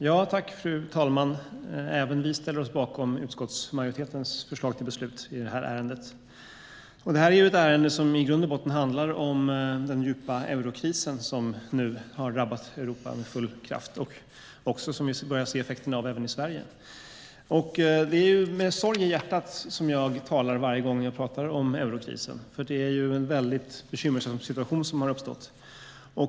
Fru talman! Även vi ställer oss bakom utskottsmajoritetens förslag till beslut i det här ärendet. Det är ett ärende som i grund och botten handlar om den djupa eurokris som nu har drabbat Europa med full kraft. Vi börjar se effekterna av den även i Sverige. Det är alltid med sorg i hjärtat jag talar om eurokrisen. Det är en väldigt bekymmersam situation som har uppstått.